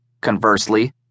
conversely